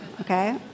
okay